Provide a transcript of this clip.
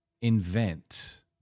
invent